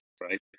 right